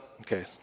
okay